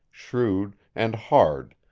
shrewd and hard,